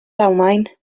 ddamwain